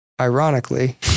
ironically